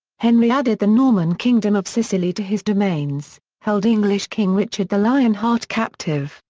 henry added the norman kingdom of sicily to his domains, held english king richard the lionheart captive,